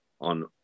on